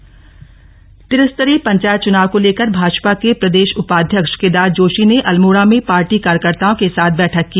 पंचायत चुनाव अल्मोड़ा त्रिस्तरीय पंचायत चुनाव को लेकर भाजपा के प्रदेश उपाध्यक्ष केदार जोशी ने अल्मोड़ा में पार्टी कार्यकर्ताओं के साथ बैठक की